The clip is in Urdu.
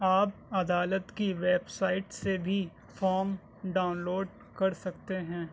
آپ عدالت کی ویبسائٹ سے بھی فام ڈاؤنلوڈ کر سکتے ہیں